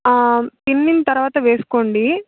తిన్న తర్వాత వేసుకోండి